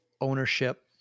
ownership